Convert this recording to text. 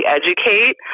educate